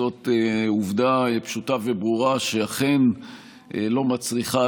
זאת עובדה פשוטה וברורה שאכן לא מצריכה